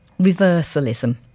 reversalism